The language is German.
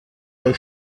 der